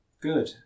Good